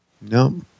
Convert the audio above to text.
No